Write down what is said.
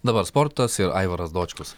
dabar sportas ir aivaras dočkus